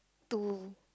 two